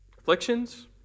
Afflictions